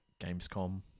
Gamescom